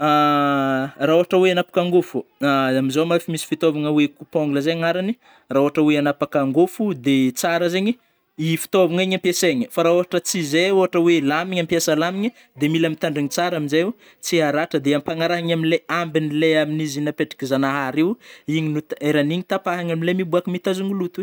Rah ôhatra oe anapaka angôfo, a amzao ma fa misy fitôvgna oe coupongle ze agnarany rah ôhatra oe anapaka angôfo de tsara zegny I fotôvagna igny ampiasegny fô rah ôhatra tsy ze ôhatra oe lamigny ampiasa lamigny de mila mitandrigny tsara amzaio tsy aratra de ampanarahigny amle ambinle amignizy napetrak'zagnahary eo igny no t - eragn'igny tapahina amle miboaka mitazogno loto i.